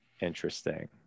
Interesting